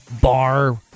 bar